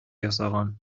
ясаган